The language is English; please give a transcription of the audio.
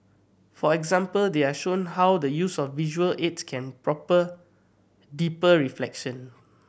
for example they are shown how the use of visual aids can proper deeper reflection